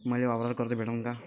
मले वावरावर कर्ज भेटन का?